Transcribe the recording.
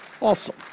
Awesome